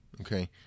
okay